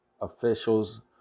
officials